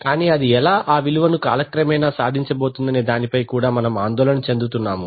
కానీ అది ఎలా ఆ విలువను కాలక్రమేణా ఎలా సాధించబోతోందనే దానిపై కూడా మనము ఆందోళన చెందుతున్నాము